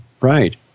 Right